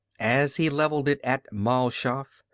as he leveled it at mal shaff,